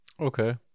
Okay